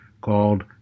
called